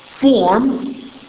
form